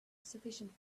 sufficient